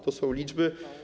To są liczby.